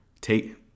take